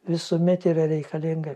visuomet yra reikalinga